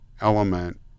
element